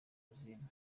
rosine